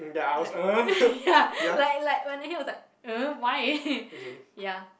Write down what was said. like ya like like when I hear I was like um why ya